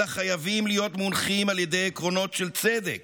אלא הם חייבים להיות מונחים על ידי עקרונות של צדק,